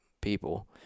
people